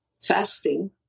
fasting